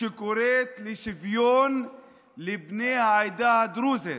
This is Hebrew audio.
שקוראת לשוויון לבני העדה הדרוזית.